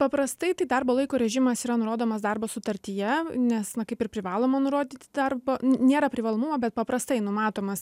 paprastai tai darbo laiko režimas yra nurodomas darbo sutartyje nes na kaip ir privaloma nurodyti darbo nėra privalomumo bet paprastai numatomas